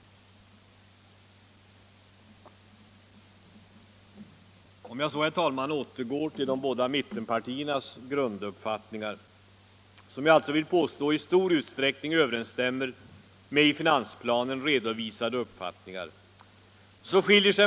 Om jag så återgår till båda mittenpartiernas grunduppfattningar vill jag påstå att de i stor utsträckning överensstämmer med i finansplanen redovisade uppfattningar.